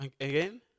Again